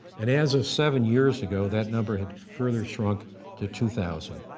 and as of seven years ago, that number had further shrunk to two thousand.